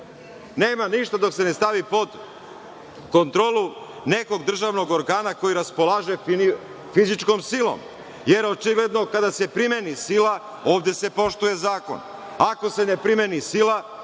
Nema ništa dok se ne stavi pod kontrolu nekog državnog organa koji raspolaže fizičkom silom. Jer, očigledno, kada se primeni sila, ovde se poštuje zakon. Ako se ne primeni sila,